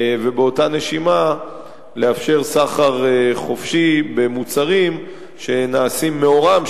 ובאותה נשימה לאפשר סחר חופשי במוצרים שנעשים מעורן,